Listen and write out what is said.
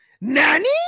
Nanny